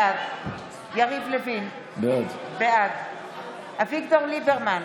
בעד יריב לוין, בעד אביגדור ליברמן,